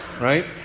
right